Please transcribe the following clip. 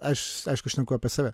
aš aišku šneku apie save